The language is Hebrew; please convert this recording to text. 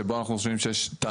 שבו אנחנו חושבים שיש את הצורך.